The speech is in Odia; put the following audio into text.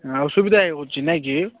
ଆଉ ଅସୁବିଧା ହେଉଛି ନାଇଁ କି